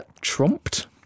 trumped